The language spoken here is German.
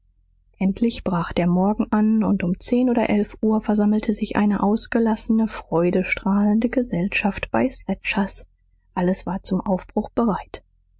endlich brach der morgen an und um zehn oder elf uhr versammelte sich eine ausgelassene freudestrahlende gesellschaft bei thatchers alles war zum aufbruch bereit